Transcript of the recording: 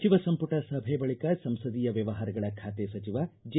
ಸಚಿವ ಸಂಪುಟ ಸಭೆ ಬಳಿಕ ಸಂಸದೀಯ ವ್ಯವಹಾರಗಳ ಖಾತೆ ಸಚಿವ ಜೆ